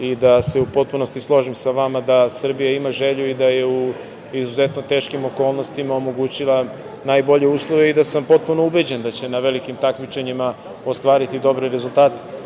i da se u potpunosti složim sa vama da Srbija ima želju i da je i u izuzetno teškim okolnostima omogućila najbolje uslove i da sam potpuno ubeđen da će na velikim takmičenjima ostvariti dobre rezultate,